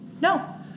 No